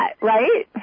right